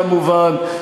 כמובן,